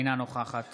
אינה נוכחת